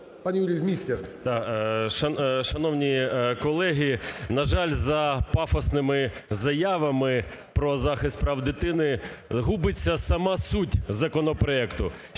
ПАВЛЕНКО Ю.О. Шановні колеги, на жаль, за пафосними заявами про захист прав дитини губиться сама суть законопроекту.